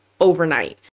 overnight